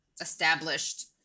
established